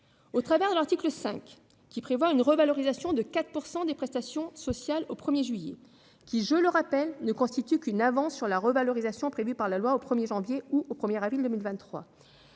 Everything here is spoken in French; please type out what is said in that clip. situation. L'article 5 prévoit une revalorisation de 4 % des prestations sociales au 1 juillet. Je le rappelle, il ne s'agit que d'une avance sur la revalorisation prévue par la loi au 1 janvier ou au 1 avril 2023.